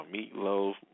Meatloaf